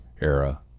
era